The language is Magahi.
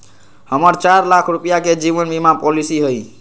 हम्मर चार लाख रुपीया के जीवन बीमा पॉलिसी हई